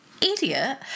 Idiot